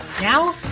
Now